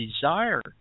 desire